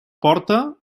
porta